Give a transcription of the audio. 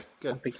good